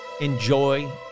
Enjoy